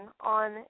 on